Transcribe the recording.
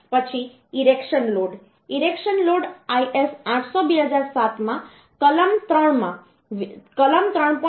પછી erection load erection load IS 800 2007 માં કલમ 3